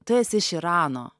tu esi iš irano